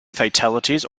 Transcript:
fatalities